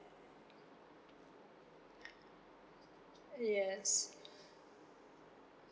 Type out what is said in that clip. yes